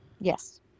yes